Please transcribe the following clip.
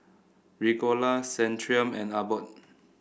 Ricola Centrum and Abbott